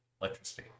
electricity